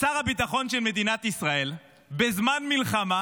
שר הביטחון של מדינת ישראל בזמן מלחמה